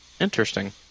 Interesting